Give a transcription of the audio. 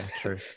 true